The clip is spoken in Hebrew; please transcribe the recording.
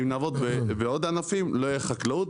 אם נעבוד כך בעוד ענפים לא תהיה חקלאות